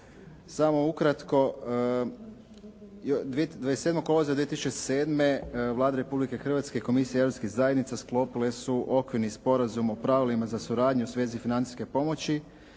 Samo ukratko 27. kolovoza 2007. Vlada Republike Hrvatske i komisije europskih zajednica sklopili su okvirni sporazum o pravilima za suradnju u svezi financijske pomoći